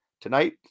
tonight